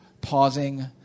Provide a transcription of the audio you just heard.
pausing